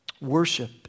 worship